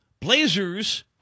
Blazers